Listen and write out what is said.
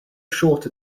short